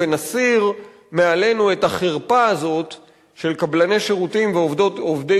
ונסיר מעלינו את החרפה הזאת של קבלני שירותים ועובדי